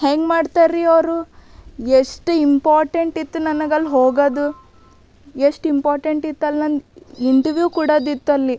ಹೆಂಗೆ ಮಾಡ್ತಾರ್ರಿ ಅವರು ಎಷ್ಟು ಇಂಪಾರ್ಟೆಂಟ್ ಇತ್ತು ನನಗಲ್ಲಿ ಹೋಗೋದು ಎಷ್ಟು ಇಂಪಾರ್ಟೆಂಟ್ ಇತ್ತಲ್ಲಿ ನನ್ನ ಇಂಟರ್ವ್ಯೂ ಕೊಡದಿತ್ತಲ್ಲಿ